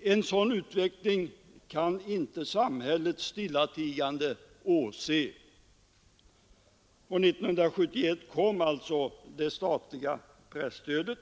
En sådan utveckling kan samhället inte stillatigande åse. År 1971 kom därför det statliga presstödet.